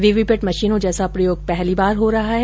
VVPAT मशीनों जैसा प्रयोग पहली बार हो रहा है